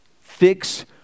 fix